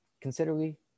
considerably